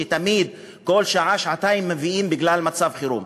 שבכל שעה-שעתיים מביאים בגלל מצב חירום.